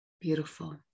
beautiful